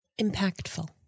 Impactful